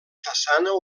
façana